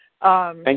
Thank